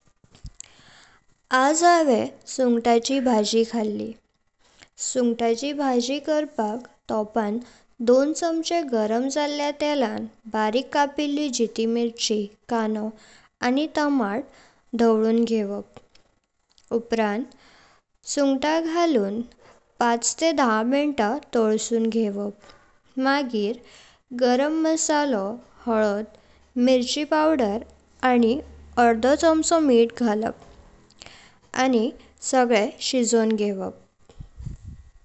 आज हांव सुङताची भाजी खाल्ली। सुङताची भाजी कारपाक, तोपाण दोन चमचे गरम झाल्या तेलां बारिक कापिल्ली जित्ती मिरची, काणो आनी टमाट धवळून घेवप। उपरांत सुङतां घालून पाच तेह दामिंत तळसुन घेवप मगरीं गरम मसालो, हलद, मिरची पावडर आनी अर्दो चमचो मीट घालप आनी सगळे शिजून घेवप।